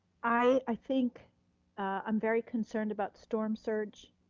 i think i'm very concerned about storm surge,